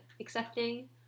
accepting